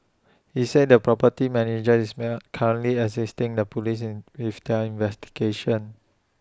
he said the property manager is currently assisting the Police in with their investigations